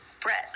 Brett